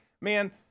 man